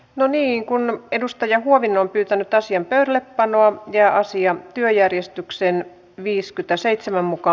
no niin kun edustaja huovinen on pyytänyt asian pöydällepanoa ja asia työjärjestykseen viiskytä seitsemän muka